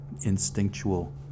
instinctual